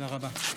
תודה רבה.